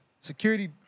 Security